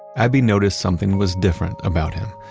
abbey noticed something was different about him.